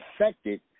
affected